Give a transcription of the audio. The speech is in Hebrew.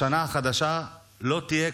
השנה החדשה תהיה